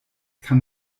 kann